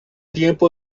tiempo